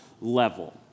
level